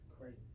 crazy